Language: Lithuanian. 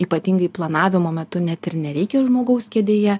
ypatingai planavimo metu net ir nereikia žmogaus kėdėje